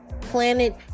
planet